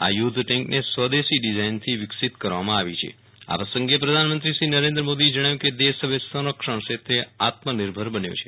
આ યુદ્ધ ટેન્કને સ્વદેશી ડીઝાઇનથી વિકસીત કરવામાં આવી છે આ પ્રસંગે પ્રધાનમંત્રી શ્રી નરેન્દ્ર મોદીએ જણાવ્યું કે દેશ હવે સં રક્ષણ ક્ષેત્રે આત્મનિર્ભર બન્યો છે